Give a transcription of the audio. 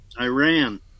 Iran